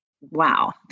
wow